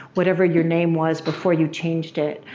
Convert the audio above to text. whatever your name was before you changed it,